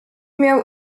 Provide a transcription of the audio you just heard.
miał